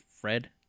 Fred